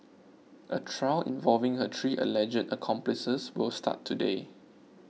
a trial involving her three alleged accomplices will start today